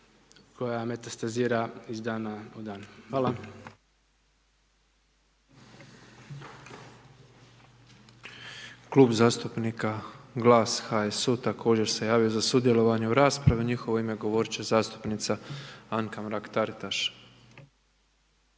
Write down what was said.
koja metastazira iz dana u dan. Hvala.